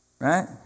right